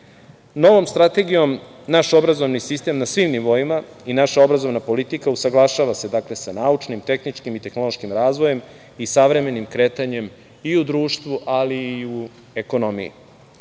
Novom strategijom naš obrazovni sistem na svim nivoima i naša obrazovna politika usaglašava se sa naučnim, tehničkim i tehnološkim razvojem i savremenim kretanjem i u društvu, ali i u ekonomiji. Moram